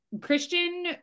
Christian